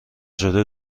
شده